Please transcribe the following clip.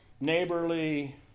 neighborly